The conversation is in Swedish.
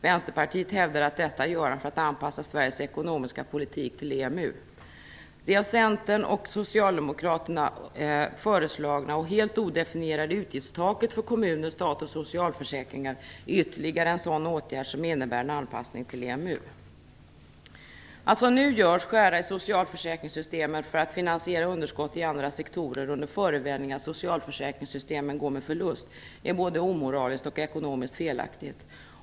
Vänsterpartiet hävdar att han gör detta för att anpassa Sveriges ekonomiska politik till EMU. Det av Centern och Socialdemokraterna föreslagna, och helt odefinierade, utgiftstaket för kommuner, stat och socialförsäkringar är ytterligare en sådan åtgärd som innebär en anpassning till EMU. Att skära i socialförsäkringssystemen som nu görs för att finansiera underskott i andra sektorer under förevändning att socialförsäkringssystemen går med förlust är både omoraliskt och ekonomiskt felaktigt.